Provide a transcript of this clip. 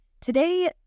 Today